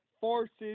Forces